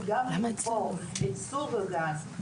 וגם לבחור את סוג הגן,